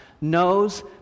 knows